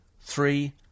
three